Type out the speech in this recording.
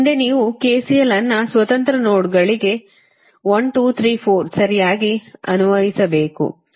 ಮುಂದೆ ನೀವು KCL ಅನ್ನು ಸ್ವತಂತ್ರ ನೋಡ್ಗಳಿಗೆ 1 2 3 4 ಸರಿಯಾಗಿ ಅನ್ವಯಿಸಬೇಕು